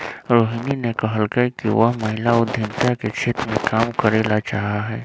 रोहिणी ने कहल कई कि वह महिला उद्यमिता के क्षेत्र में काम करे ला चाहा हई